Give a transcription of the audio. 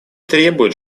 требует